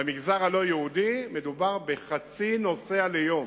במגזר הלא-יהודי מדובר בחצי נוסע ליום